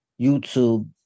YouTube